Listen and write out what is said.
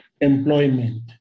employment